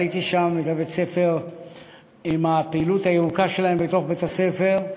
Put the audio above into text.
ראיתי שם את בית-הספר ואת הפעילות הירוקה שלהם בתוך בית-הספר,